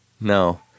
No